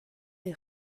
les